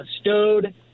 stowed